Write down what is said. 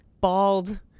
Bald